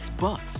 bucks